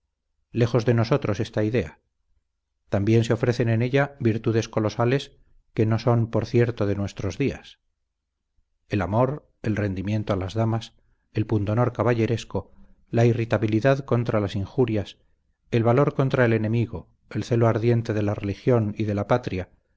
lejos de nosotros esta idea también se ofrecen en ella virtudes colosales que no son por cierto de nuestros días el amor el rendimiento a las damas el pundonor caballeresco la irritabilidad contra las injurias el valor contra el enemigo el celo ardiente de la religión y de la patria